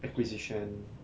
acquisition